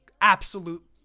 absolute